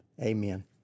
Amen